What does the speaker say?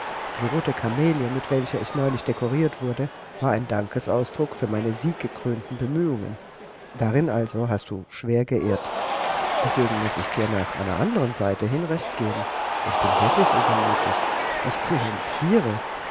die rote kamelie mit welcher ich neulich dekoriert wurde war ein dankesausdruck für meine sieggekrönten bemühungen darin also hast du schwer geirrt dagegen muß ich dir nach einer anderen seite hin recht geben ich bin wirklich übermütig ich triumphiere